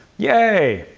yay!